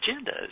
agendas